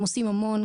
והם עושים המון.